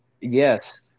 Yes